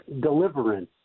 deliverance